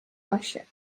vaše